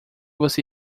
você